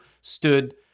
stood